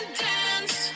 dance